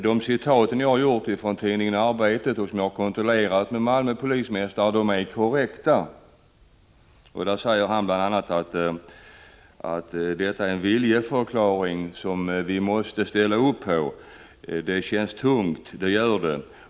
Det citat som jag tog ur tidningen Arbetet, och som jag kontrollerat med polismästaren i Malmö, är korrekt. Där säger polismästaren bl.a. att det är n ”viljeförklaring från regeringen som vi måste ställa upp på. Det känns tungt, det gör det.